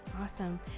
awesome